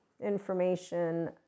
information